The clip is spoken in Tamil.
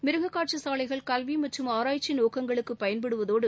மிருகக்காட்சி சாலைகள் கல்வி மற்றும் ஆராய்ச்சி நோக்கங்களுக்கு பயன்படுவதோடு